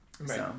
Right